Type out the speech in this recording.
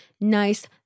nice